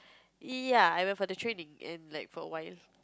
ya I went for the training and like for wires